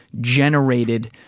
generated